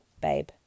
babe